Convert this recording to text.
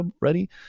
ready